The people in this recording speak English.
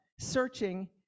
searching